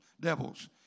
Devils